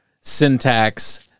syntax